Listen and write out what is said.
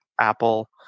Apple